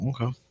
Okay